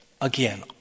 Again